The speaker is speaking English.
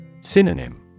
Synonym